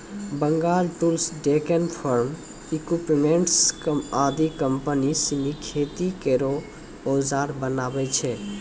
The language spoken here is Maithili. Bengal tools, Deccan farm equipments आदि कम्पनी सिनी खेती केरो औजार बनावै छै